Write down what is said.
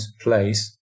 place